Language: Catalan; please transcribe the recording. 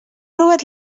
robat